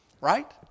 Right